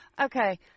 Okay